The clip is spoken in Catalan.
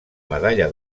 medalla